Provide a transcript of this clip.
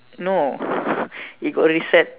no it got reset